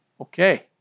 Okay